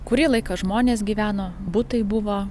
kurį laiką žmonės gyveno butai buvo